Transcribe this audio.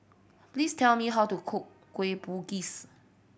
please tell me how to cook Kueh Bugis